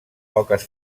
poques